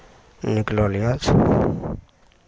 निकलल अछि